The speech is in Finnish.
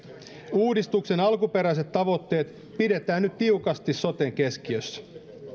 uudistuksen alkuperäiset tavoitteet pidetään nyt tiukasti soten keskiössä